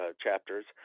chapters